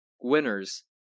winners